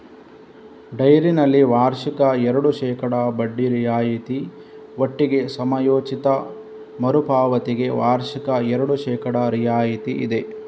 ಡೈರಿನಲ್ಲಿ ವಾರ್ಷಿಕ ಎರಡು ಶೇಕಡಾ ಬಡ್ಡಿ ರಿಯಾಯಿತಿ ಒಟ್ಟಿಗೆ ಸಮಯೋಚಿತ ಮರು ಪಾವತಿಗೆ ವಾರ್ಷಿಕ ಎರಡು ಶೇಕಡಾ ರಿಯಾಯಿತಿ ಇದೆ